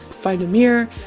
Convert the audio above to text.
find a mirror,